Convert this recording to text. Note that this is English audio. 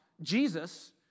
Jesus